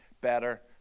better